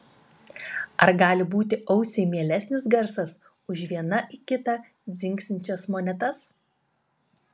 ar gali būti ausiai mielesnis garsas už viena į kitą dzingsinčias monetas